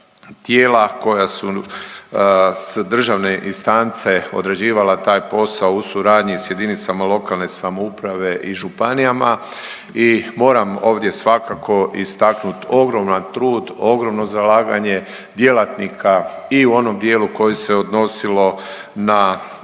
koja su sa državne instance odrađivala taj posao u suradnji s jedinicama lokalne samouprave i županijama i moram ovdje svakako istaknut ogroman trud, ogromno zalaganje djelatnika i u onom dijelu koje se odnosilo na prethodne